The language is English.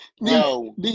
No